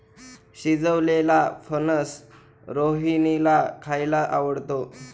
शिजवलेलेला फणस रोहिणीला खायला आवडतो